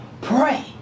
pray